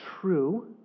true